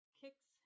kicks